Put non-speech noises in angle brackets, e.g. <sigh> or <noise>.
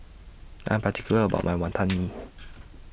<noise> I Am particular about My Wantan Mee